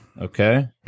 Okay